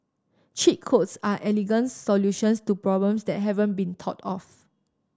cheat codes are elegant solutions to problems that haven't been thought of